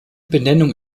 benennung